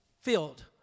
filled